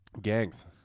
Gangs